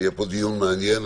יהיה פה דיון מעניין.